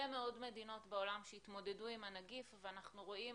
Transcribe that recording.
מאוד מדינות בעולם שהתמודדו עם הנגיף ואנחנו רואים